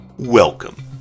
Welcome